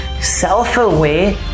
self-aware